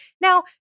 now